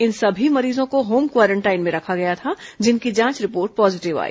इन सभी मरीजों को होम क्वारेंटाइन में रखा गया था जिनकी जांच रिपोर्ट पॉजीटिव आई